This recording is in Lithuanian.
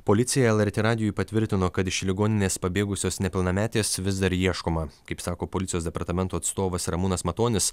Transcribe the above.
policija lrt radijui patvirtino kad iš ligoninės pabėgusios nepilnametės vis dar ieškoma kaip sako policijos departamento atstovas ramūnas matonis